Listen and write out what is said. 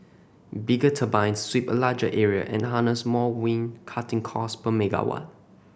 bigger turbines sweep a larger area and harness more wind cutting costs per megawatt